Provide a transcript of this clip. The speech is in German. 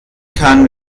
kann